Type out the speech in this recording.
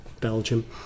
Belgium